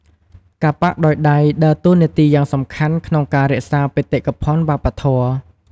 ការប៉ាក់ដោយដៃដើរតួនាទីយ៉ាងសំខាន់ក្នុងការ រក្សាបេតិកភណ្ឌវប្បធម៌។